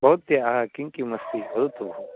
भवत्याः किं किमस्ति वदतु भोः